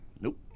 Nope